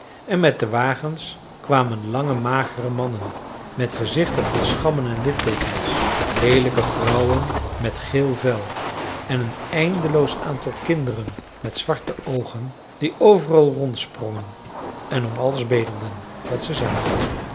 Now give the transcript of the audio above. en met de wagens kwamen lange magere mannen met gezichten vol schrammen en litteekens leelijke vrouwen met geel vel en een eindeloos aantal kinderen met zwarte oogen die overal rondsprongen en om alles bedelden wat ze zagen